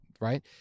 right